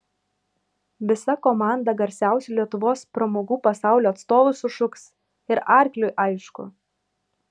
visa komanda garsiausių lietuvos pramogų pasaulio atstovų sušuks ir arkliui aišku